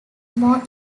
more